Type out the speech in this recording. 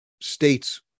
states